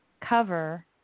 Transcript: cover